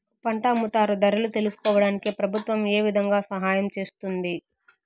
పంట అమ్ముతారు ధరలు తెలుసుకోవడానికి ప్రభుత్వం ఏ విధంగా సహాయం చేస్తుంది?